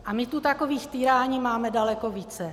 A my tu takových týrání máme daleko více.